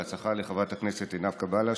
בהצלחה לחברת הכנסת עינב קאבלה,